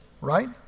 right